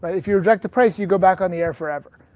if you reject the price, you go back on the air forever.